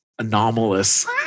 Anomalous